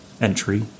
entry